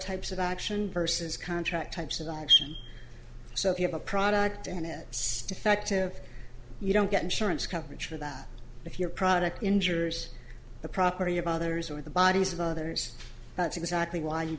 types of action vs contract types of action so if you have a product and stiff active you don't get insurance coverage for that if your product injures the property of others or the bodies of others that's exactly why you